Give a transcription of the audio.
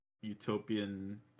utopian